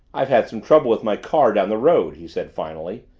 i've had some trouble with my car down the road, he said finally.